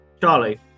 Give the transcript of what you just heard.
Charlie